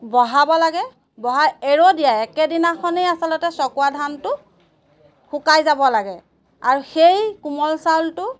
বহাব লাগে বহা এৰো দিয়া একেদিনাখনেই আচলতে চকুৱা ধানটো শুকাই যাব লাগে আৰু সেই কোমল চাউলটো